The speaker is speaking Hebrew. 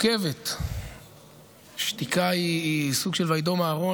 מורכבת, שתיקה היא סוג של "ויִדֹם אהרֹן".